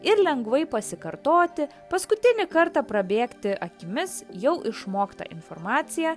ir lengvai pasikartoti paskutinį kartą prabėgti akimis jau išmoktą informaciją